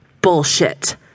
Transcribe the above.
Bullshit